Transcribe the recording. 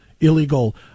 illegal